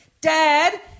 Dad